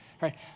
right